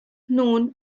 known